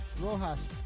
Rojas